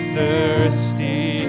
thirsty